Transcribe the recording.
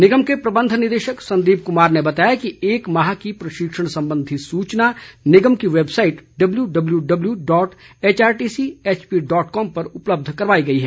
निगम के प्रबंध निदेशक संदीप कुमार ने बताया कि एक माह की प्रशिक्षण संबंधी सूचना निगम की website W W W dot HRTC HP dot com पर उपलब्ध करवाई गई है